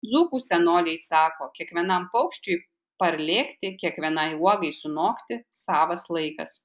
dzūkų senoliai sako kiekvienam paukščiui parlėkti kiekvienai uogai sunokti savas laikas